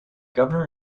governor